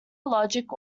logic